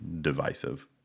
divisive